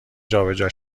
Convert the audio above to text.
جابجا